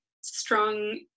strong